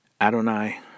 adonai